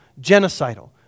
genocidal